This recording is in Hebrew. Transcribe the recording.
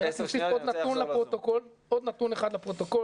אני רוצה להוסיף עוד נתון אחד לפרוטוקול